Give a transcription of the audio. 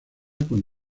con